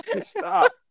Stop